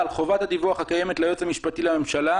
חובת הדיווח הקיימת ליועץ המשפטי לממשלה